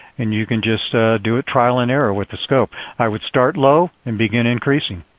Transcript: and you can just do it trial and error with the scope. i would start low and begin increasing.